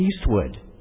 Eastwood